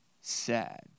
sad